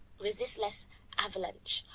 resistless avalanche,